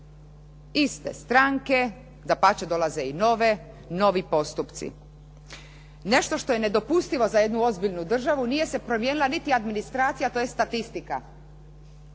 Iste strane, dapače dolaze i nove, novi postupci. Nešto što je nedopustivo za jednu ozbiljnu državu, nije se promijenila niti administracija, tj. statistika.